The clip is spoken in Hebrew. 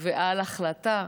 ועל החלטה,